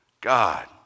God